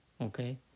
okay